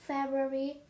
February